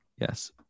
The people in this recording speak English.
Yes